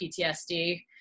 PTSD